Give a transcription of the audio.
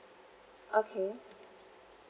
okay